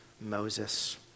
Moses